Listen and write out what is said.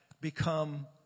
become